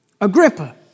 Agrippa